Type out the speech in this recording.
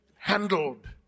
handled